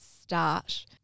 start